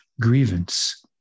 grievance